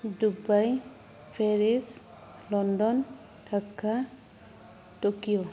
Dubai Paris London Dhaka Tokyo